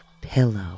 Pillow